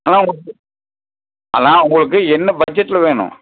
அதுதான் உங்களுக்கு அதுதான் உங்களுக்கு என்ன பட்ஜெட்டில் வேணும்